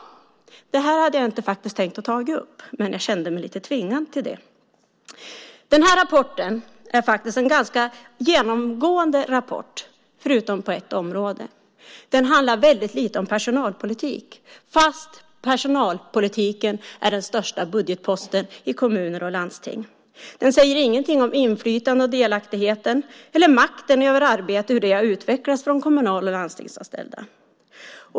Det här hade jag faktiskt inte tänkt ta upp, men jag kände mig lite tvingad till det. Den här rapporten är en ganska heltäckande rapport, förutom på ett område. Den handlar väldigt lite om personalpolitik trots att personalpolitiken är den största budgetposten i kommuner och landsting. Den säger ingenting om hur inflytandet och delaktigheten eller makten över arbetet har utvecklats för de kommunal och landstingsanställda.